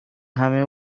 همه